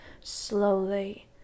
slowly